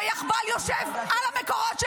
ויאחב"ל יושב על המקורות שלי,